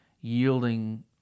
yielding